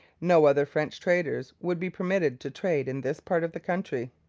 no other french traders would be permitted to trade in this part of the country.